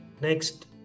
Next